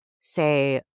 say